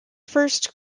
first